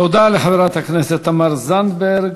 תודה לחברת הכנסת תמר זנדברג.